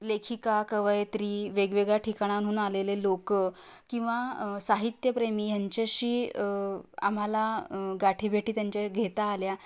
लेखिका कवयित्री वेगवेगळ्या ठिकाणांहून आलेले लोकं किंवा साहित्यप्रेमी ह्यांच्याशी आम्हाला गाठीभेटी त्यांच्या घेता आल्या